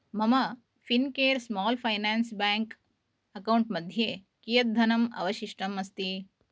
मम Fincare small finance bank account मध्ये कियत् धनम् अवशिष्टम् अस्ति